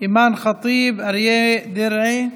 אימאן ח'טיב, אריה דרעי,